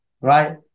right